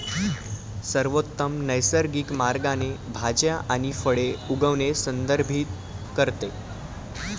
सर्वोत्तम नैसर्गिक मार्गाने भाज्या आणि फळे उगवणे संदर्भित करते